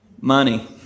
Money